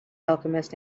alchemist